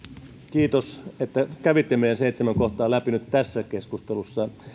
kiitos että kävitte ne meidän seitsemän kohtaa läpi nyt tässä keskustelussa